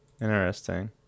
Interesting